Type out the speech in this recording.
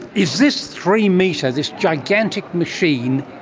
is this three-metre, this gigantic machine,